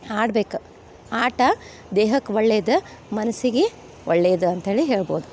ಆಡ್ಬೇಕು ಆಟ ದೇಹಕ್ಕೆ ಒಳ್ಳೇದು ಮನ್ಸಿಗೆ ಒಳ್ಳೇದು ಅಂತ ಹೇಳಿ ಹೇಳ್ಬೋದು